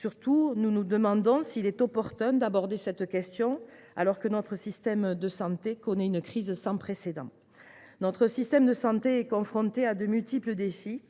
Surtout, nous nous demandons s’il est opportun d’aborder cette question alors que notre système de santé connaît une crise sans précédent et qu’il est confronté à de multiples défis